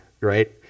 right